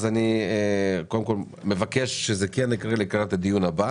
אז אני קודם כל מבקש שזה כן יקרה לקראת הדיון הבא.